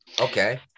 Okay